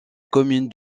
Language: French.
commune